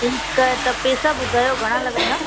ink त पेसा ॿुधायो घणा लॻंदा